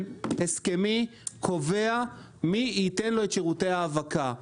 הסכמי קובע מי ייתן לו את שירותי ההאבקה.